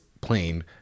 plane